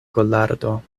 kolardo